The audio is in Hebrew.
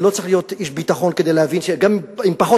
ולא צריך להיות איש ביטחון כדי להבין שגם עם פחות